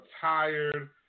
tired